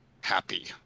happy